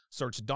search